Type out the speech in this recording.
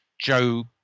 joe